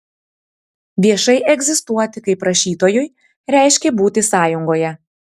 viešai egzistuoti kaip rašytojui reiškė būti sąjungoje